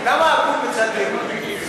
למה הבול בצד ימין?